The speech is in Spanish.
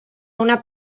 una